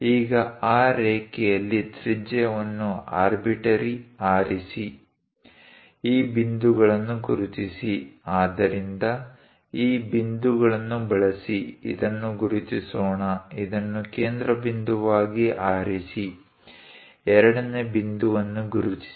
ಈಗ ಆ ರೇಖೆಯಲ್ಲಿ ತ್ರಿಜ್ಯವನ್ನು ಆರ್ಬಿಟ್ರರಿ ಆರಿಸಿ ಈ ಬಿಂದುಗಳನ್ನು ಗುರುತಿಸಿ ಆದ್ದರಿಂದ ಈ ಬಿಂದುವನ್ನು ಬಳಸಿ ಇದನ್ನು ಗುರುತಿಸೋಣ ಇದನ್ನು ಕೇಂದ್ರಬಿಂದುವಾಗಿ ಆರಿಸಿ ಎರಡನೇ ಬಿಂದುವನ್ನು ಗುರುತಿಸಿ